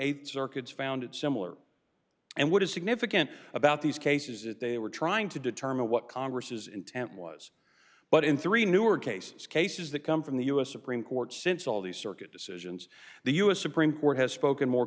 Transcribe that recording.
th circuit found it similar and what is significant about these cases that they were trying to determine what congress intent was but in three newer cases cases that come from the u s supreme court since all these circuit decisions the u s supreme court has spoken more